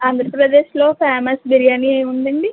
ఆంధ్రప్రదేశ్లో ఫేమస్ బిర్యాని ఏముందండి